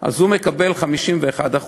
אז הוא מקבל 51%,